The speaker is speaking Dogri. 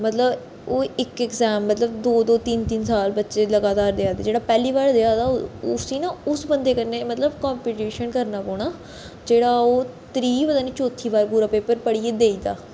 मतलब ओह् इक इग्जाम मतलब दो दो तिन तिन साल बच्चे लगातार देआ दे जेह्ड़ा पैह्ली बार देआ दा उसी ना उस बंदे कन्नै मतलब कम्पीटीशन करना पौना जेह्ड़ा ओह् त्री पता नी चौथी बार पूरा पेपर पढ़ियै देआ दा